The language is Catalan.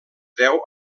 deu